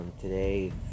Today